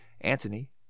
Antony